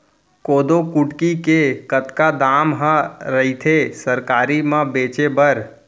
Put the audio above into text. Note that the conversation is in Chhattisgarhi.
कोदो कुटकी के कतका दाम ह रइथे सरकारी म बेचे बर?